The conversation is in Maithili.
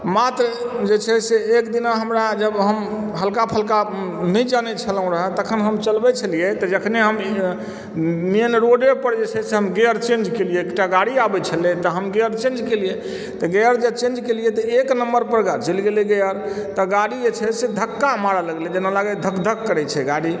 मात्र जे छै से एकदिना हमरा जब हम हल्का फुलका नहि जानै छेलहुॅं रहय तखन जे हम चलबै छेलियै तऽ जखनिए हम मेनरोडे पर जे छै गियर चेंज केलिए एकटा गाड़ी आबय छलै तऽ हम गियर चेंज केलिए तऽ गियर जे चेंज केलिए तऽ एक नम्बर पर गाड़ी चलि गेले गियर तऽ गाड़ी जे छै से धक्का मारए लगलै जेना लागै धक धक करै छै गाड़ी